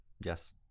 Yes